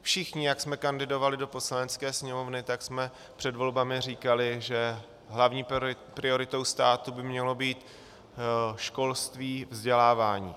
Všichni, jak jsme kandidovali do Poslanecké sněmovny, jsme před volbami říkali, že hlavní prioritou státu by mělo být školství, vzdělávání.